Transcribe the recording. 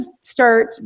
start